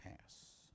pass